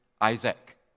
Isaac